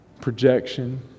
Projection